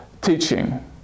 teaching